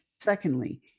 Secondly